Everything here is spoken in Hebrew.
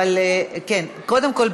אבל קודם כול,